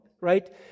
right